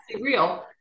real